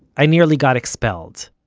i nearly got expelled.